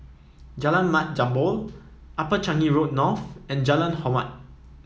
Jalan Mat Jambol Upper Changi Road North and Jalan Hormat